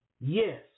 yes